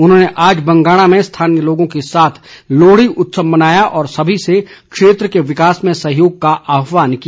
उन्होंने आज बंगाणा में स्थानीय लोगों के साथ लोहडी उत्सव मनाया और सभी से क्षेत्र के विकास में सहयोग का आहवान किया